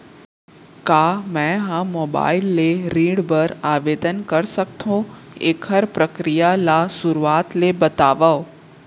का मैं ह मोबाइल ले ऋण बर आवेदन कर सकथो, एखर प्रक्रिया ला शुरुआत ले बतावव?